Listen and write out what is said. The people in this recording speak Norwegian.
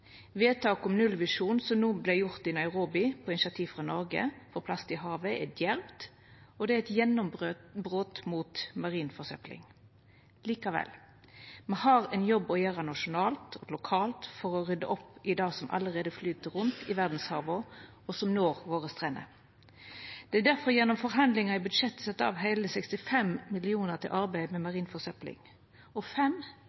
Vedtaket om nullvisjon, som no vart gjort i Nairobi på initiativ frå Noreg, for plast i havet er djervt og er eit gjennombrot mot marin forsøpling. Likevel – me har ein jobb å gjera nasjonalt og lokalt for å rydja opp i det som allereie flyt rundt i verdshava, og som når våre strender. Det er difor gjennom forhandlingane i budsjettet sett av heile 65 mill. kr til arbeid med